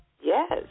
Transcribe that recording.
yes